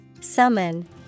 Summon